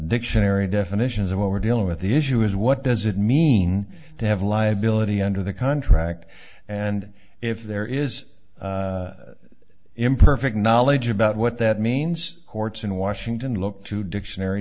dictionary definitions of what we're dealing with the issue is what does it mean to have a liability under the contract and if there is imperfect knowledge about what that means courts in washington look to dictionary